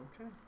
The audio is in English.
Okay